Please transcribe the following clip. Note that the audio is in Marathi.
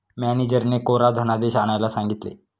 मॅनेजरने कोरा धनादेश आणायला सांगितले